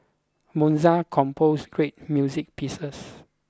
Mozart composed great music pieces